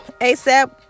ASAP